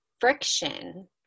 friction